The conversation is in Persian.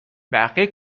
بقیه